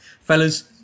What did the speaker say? Fellas